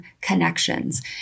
connections